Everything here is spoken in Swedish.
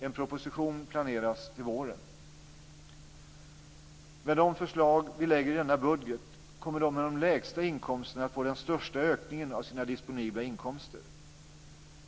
En proposition planeras till våren. Med de förslag som vi lägger i denna budget kommer de som har de lägsta inkomsterna att få den största ökningen av sina disponibla inkomster.